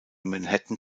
manhattan